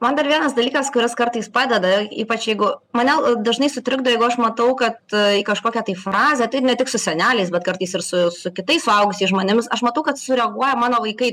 man dar vienas dalykas kuris kartais padeda ypač jeigu mane dažnai sutrikdo jeigu aš matau kad kažkokia tai frazė tai ne tik su seneliais bet kartais ir su su kitais suaugusiais žmonėmis aš matau kad sureaguoja mano vaikai